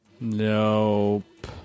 Nope